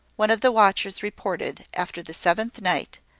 one of the watchers reported, after the seventh night,